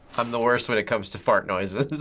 i'm the worst when it comes to fart noises.